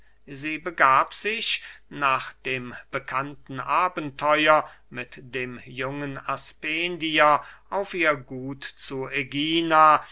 sie begab sich nach dem bekannten abenteuer mit dem jungen aspendier auf ihr gut zu ägina